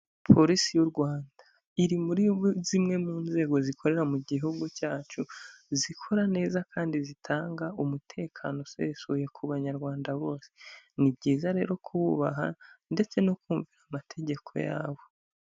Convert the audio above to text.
Polisi y'u Rwanda, iri muri zimwe mu nzego zikorera mu gihugu cyacu, zikora neza kandi zitanga umutekano usesuye ku Banyarwanda bose, ni byiza rero kububaha ndetse no kumvira amategeko yabo.